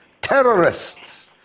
terrorists